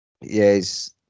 yes